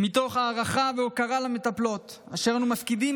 מתוך הערכה והוקרה למטפלות אשר אנו מפקידים